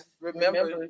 remember